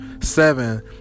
seven